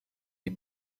die